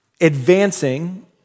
advancing